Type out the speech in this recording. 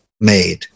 made